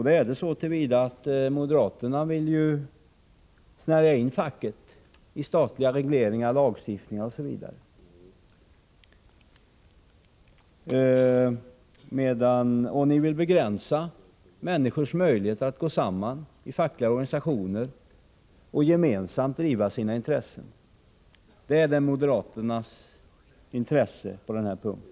Det är den så till vida att moderaterna vill snärja in facket i statliga regleringar, lagstiftning osv. Ni vill begränsa människors möjligheter att gå samman i fackliga organisationer och gemensamt driva sina krav. Det är moderaternas intresse på denna punkt.